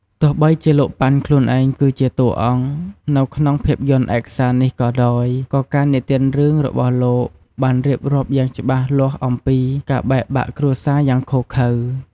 ទោះបីជាលោក ប៉ាន់ ខ្លួនឯងគឺជា "តួអង្គ" នៅក្នុងភាពយន្តឯកសារនេះក៏ដោយ ក៏ការនិទានរឿងរបស់លោកបានរៀបរាប់យ៉ាងច្បាស់លាស់អំពី ការបែកបាក់គ្រួសារយ៉ាងឃោរឃៅ។